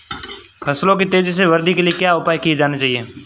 फसलों की तेज़ी से वृद्धि के लिए क्या उपाय किए जाने चाहिए?